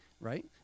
right